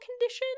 condition